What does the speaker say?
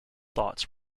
thoughts